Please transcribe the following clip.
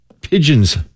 pigeons